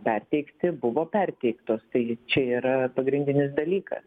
perteikti buvo perteiktos tai čia yra pagrindinis dalykas